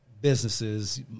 businesses